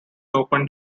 opened